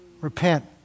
Repent